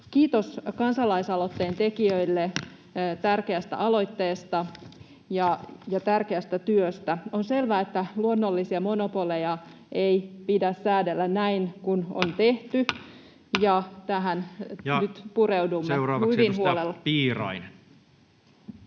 Kiitos kansalaisaloitteen tekijöille tärkeästä aloitteesta ja tärkeästä työstä. On selvä, että luonnollisia monopoleja ei pidä säädellä näin kuin on tehty, ja tähän nyt pureudumme hyvin huolella. [Speech 156] Speaker: Toinen